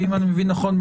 כי אם אני מבין נכון,